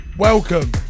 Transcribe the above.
Welcome